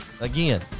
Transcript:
again